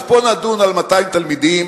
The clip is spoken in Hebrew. אז פה נדון על 200 תלמידים,